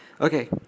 Okay